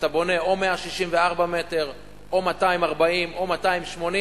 אתה בונה או 164 מטר או 240 מטר או 280 מטר.